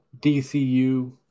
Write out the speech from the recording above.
DCU